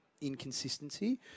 inconsistency